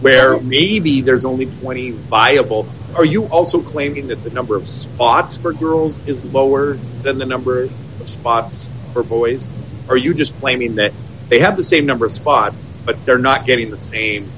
know there's only twenty buyable are you also claiming that the number of spots for girls is lower than the number of spots for boys are you just claiming that they have the same number of spots but they're not getting the same